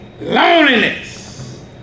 loneliness